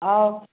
आउ